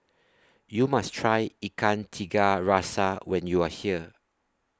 YOU must Try Ikan Tiga Rasa when YOU Are here